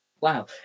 Wow